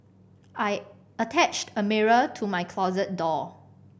I attached a mirror to my closet door